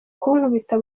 kunkubita